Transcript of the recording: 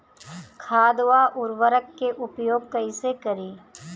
खाद व उर्वरक के उपयोग कईसे करी?